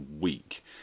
week